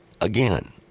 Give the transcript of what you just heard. again